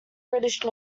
british